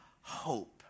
hope